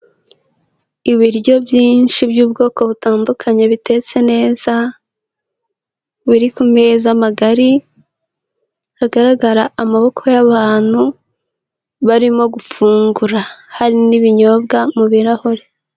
Ibiryo byinshi by'ubwoko butandukanye bitetse neza, biri ku meza magari, hagaragara amaboko y'abantu barimo gufungura, hari n'ibinyobwa mu birahure.